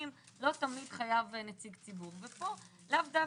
לא תמיד חייב נציג ציבור ופה לאו דווקא.